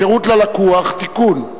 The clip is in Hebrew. (שירות ללקוח) (תיקון,